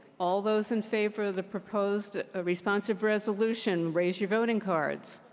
all those in favor of the proposed ah responsive resolution, raise your voting cards.